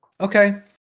Okay